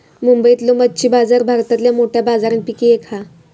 मुंबईतलो मच्छी बाजार भारतातल्या मोठ्या बाजारांपैकी एक हा